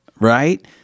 right